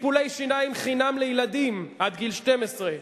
טיפולי שיניים חינם לילדים עד גיל 12,